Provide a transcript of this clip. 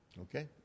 Okay